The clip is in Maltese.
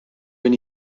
min